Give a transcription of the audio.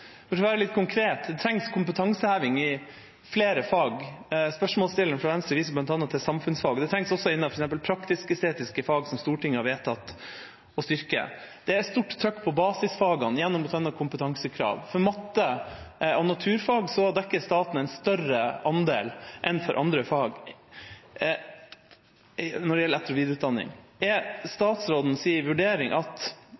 For å være konkret trengs det kompetanseheving i flere fag. Spørsmålsstilleren fra Venstre viste bl.a. til samfunnsfag. Det trengs også innenfor praktisk-estetiske fag, som Stortinget har vedtatt å styrke. Det er stort trykk på basisfagene gjennom bl.a. kompetansekrav. For matte og naturfag dekker staten en større andel enn for andre fag når det gjelder etter- og videreutdanning. Er